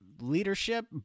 leadership